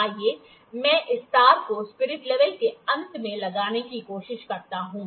आइए मैं इस तार को स्पिरिट लेवल के अंत में लगाने की कोशिश करता हूं